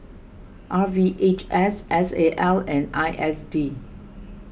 R V H S S A L and I S D